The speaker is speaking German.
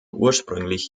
ursprünglich